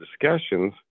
discussions